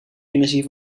energie